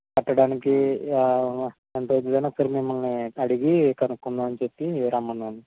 కట్టడానికి ఎంత అవుతుంది ఒకసారి మిమ్మల్ని అడిగి కనుక్కుందాం అని చెప్పి రమ్మన్నాను